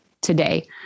today